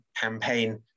Campaign